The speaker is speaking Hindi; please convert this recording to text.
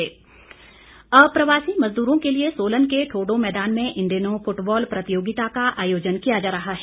अप्रवासी खेल अप्रवासी मज़दूरों के लिए सोलन के ठोडो मैदान में इन दिनों फुटबॉल प्रतियोगिता का आयोजन किया जा रहा है